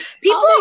people